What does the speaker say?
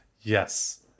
yes